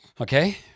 okay